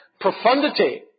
profundity